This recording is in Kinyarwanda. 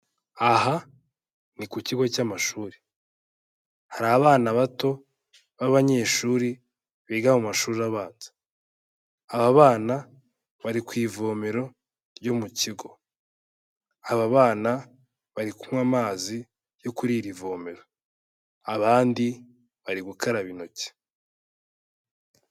Aha ni ku kigo cy'amashuri hari abana bato b'abanyeshuri biga mu mashuri abanza, aba bana bari ku ivomero ryo mu kigo. Aba bana bari kunywa amazi yo kuri iri vomera abandi bari gukaraba intoki.